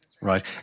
right